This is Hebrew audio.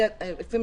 לא.